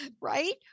Right